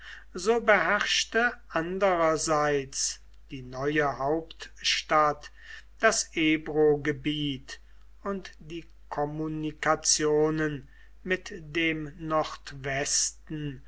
so beherrschte andererseits die neue hauptstadt das ebrogebiet und die kommunikationen mit dem nordwesten